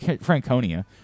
Franconia